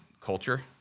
culture